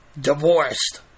divorced